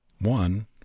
one